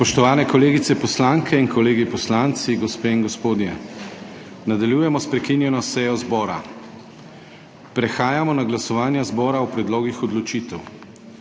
Spoštovani kolegice poslanke in kolegi poslanci, gospe in gospodje! Nadaljujemo s prekinjeno sejo zbora. Prehajamo na glasovanja zbora o predlogih odločitev.